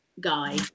guy